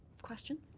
question?